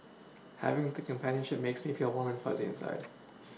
having the companionship makes me feel a warm and fuzzy inside